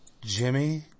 Jimmy